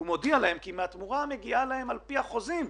הוא מודיע להם כי מהתמורה המגיעה להם על פי החוזים,